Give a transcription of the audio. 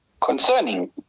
concerning